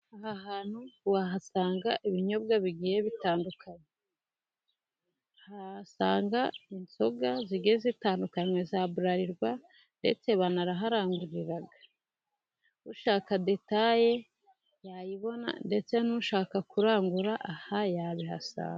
Aha hantu wahasanga ibyobwa bigiye bitandukanye. Wahasanga inzoga zitandukanywa za burarirwa, ndetse baranaharangurira. Ushaka detaye yayibona, ndetse n'ushaka kurangura aha yabihasanga.